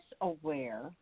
aware